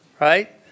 right